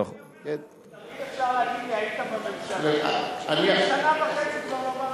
אני כבר שנה וחצי לא בממשלה.